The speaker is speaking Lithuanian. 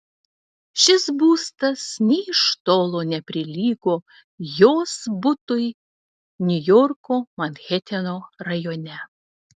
šis būstas nė iš tolo neprilygo jos butui niujorko manheteno rajone